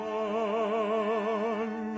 one